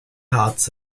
hearts